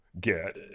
get